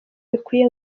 bikwiye